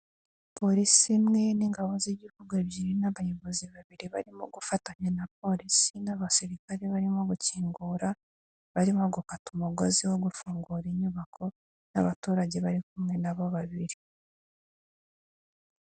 Polisi imwe n'ingabo z'igihugu ebyiri n'abayobozi babiri barimo gufatanya na polisi n'abasirikare barimo gukingura, barimo gukata umugozi wo gufungura inyubako n'abaturage bari kumwe nabo babiri.